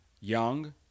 young